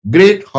Great